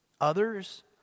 Others